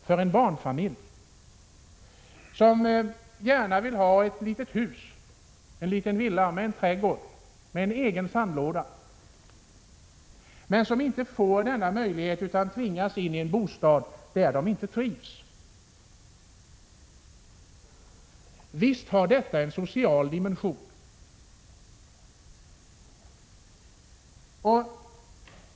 Det handlar ju om att t.ex. en barnfamilj som gärna vill ha en liten villa med trädgård och egen sandlåda inte får denna möjlighet utan tvingas in i en bostad där familjen inte trivs. Visst har detta en social dimension!